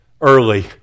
early